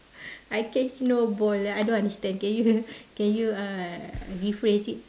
I catch no ball I don't understand can you can you uh rephrase it